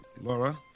Laura